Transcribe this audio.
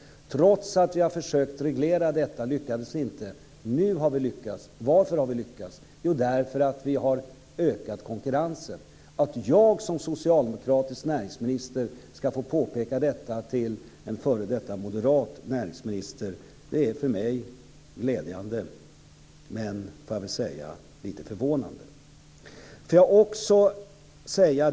Trots att vi har försökt reglera detta lyckades vi inte. Nu har vi lyckats, och varför har vi gjort det? Jo, därför att vi har ökat konkurrensen. Det är glädjande för mig som socialdemokratisk näringsminister att få påpeka det för en moderat f.d. näringsminister, men det är också lite förvånande.